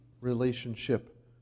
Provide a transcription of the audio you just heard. relationship